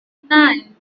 nine